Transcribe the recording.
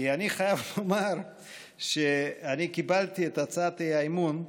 כי אני חייב לומר שאני קיבלתי את הצעת האי-אמון,